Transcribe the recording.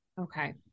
Okay